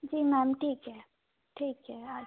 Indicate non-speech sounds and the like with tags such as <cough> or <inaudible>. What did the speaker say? जी ma'am ठीक है ठीक है <unintelligible>